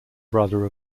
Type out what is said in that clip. brother